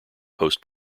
post